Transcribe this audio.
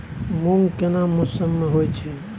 मूंग केना मौसम में होय छै?